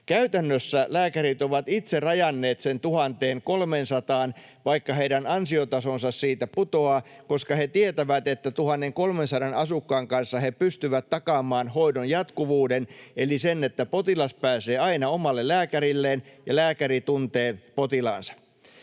Käytännössä lääkärit ovat itse rajanneet sen 1 300:aan, vaikka heidän ansiotasonsa siitä putoaa, koska he tietävät, että 1 300 asukkaan kanssa he pystyvät takaamaan hoidon jatkuvuuden eli sen, että potilas pääsee aina omalle lääkärilleen ja lääkäri tuntee potilaansa.